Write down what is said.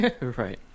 right